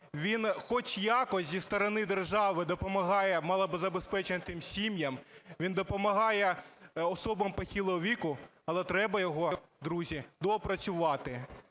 він хоч якось зі сторони держави допомагає малозабезпеченим сім'ям, він допомагає особам похилого віку, але треба його, друзі, доопрацювати.